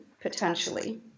potentially